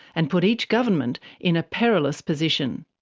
and put each government in a perilous position.